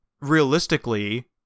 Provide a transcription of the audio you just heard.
realistically